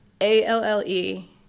a-l-l-e